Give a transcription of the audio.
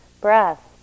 breath